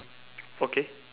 okay